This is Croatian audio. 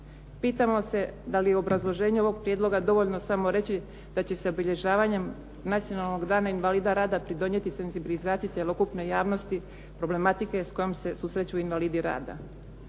Pitamo se da li je u obrazloženju ovog prijedloga dovoljno samo reći da će se obilježavanjem nacionalnog dana invalida rada pridonijeti senzibilizaciji cjelokupne javnosti, problematike s kojom se susreću invalidi rada.